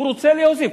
הוא רוצה להוסיף.